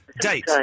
date